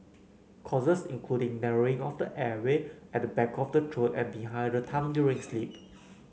causes including narrowing of the airway at the back of the throat and behind the tongue during sleep